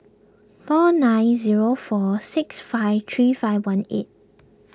four nine zero four six five three five one eight